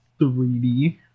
3D